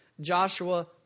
Joshua